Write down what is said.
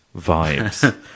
vibes